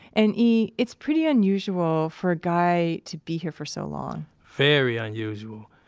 and, e, it's pretty unusual for a guy to be here for so long very unusual.